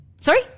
Sorry